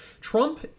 Trump